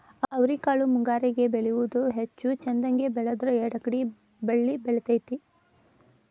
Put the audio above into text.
ಅವ್ರಿಕಾಳು ಮುಂಗಾರಿಗೆ ಬೆಳಿಯುವುದ ಹೆಚ್ಚು ಚಂದಗೆ ಬೆಳದ್ರ ಎರ್ಡ್ ಅಕ್ಡಿ ಬಳ್ಳಿ ಹಬ್ಬತೈತಿ